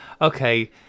okay